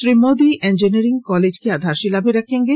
श्री मोदी इंजीनियरी कॉलेज की आधारशिला भी रखेंगे